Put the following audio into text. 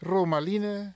Romaline